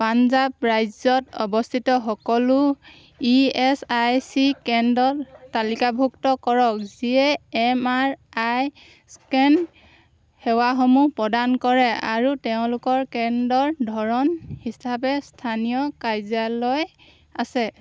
পঞ্জাৱ ৰাজ্যত অৱস্থিত সকলো ই এচ আই চি কেন্দ্ৰ তালিকাভুক্ত কৰক যিয়ে এম আৰ আই স্কেন সেৱাসমূহ প্ৰদান কৰে আৰু তেওঁলোকৰ কেন্দ্ৰৰ ধৰণ হিচাপে স্থানীয় কাৰ্যালয় আছে